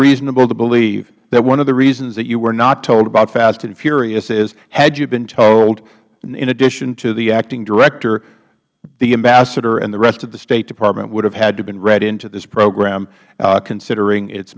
reasonable to believe that one of the reasons that you were not told about fast and furious is had you been told in addition to the acting director the ambassador and the rest of the state department would have had to have been read into this program considering it